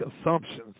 assumptions